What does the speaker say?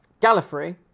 Gallifrey